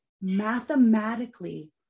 mathematically